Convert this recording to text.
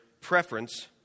preference